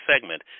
segment